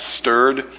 stirred